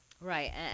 Right